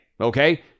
okay